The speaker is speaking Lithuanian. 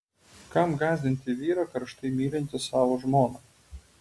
kam gąsdinti vyrą karštai mylintį savo žmoną